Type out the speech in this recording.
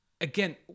again